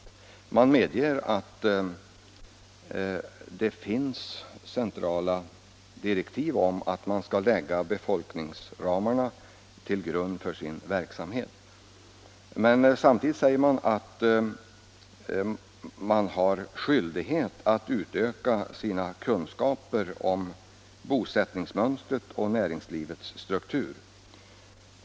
Verket medger att det finns centrala direktiv om att man skall lägga befolkningsramarna till grund för sin verksamhet. Men samtidigt säger man att det föreligger skyldighet att utöka sina kunskaper om bosättningsmönstret och näringslivets struktur.